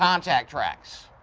contact tracks,